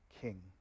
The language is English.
king